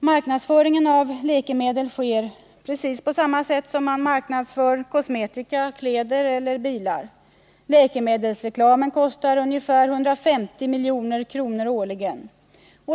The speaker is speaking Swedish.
Marknadsföringen av läkemedel sker på samma sätt som för kosmetika, kläder och bilar. Läkemedelsreklamen kostar ca 150 milj.kr. årligen.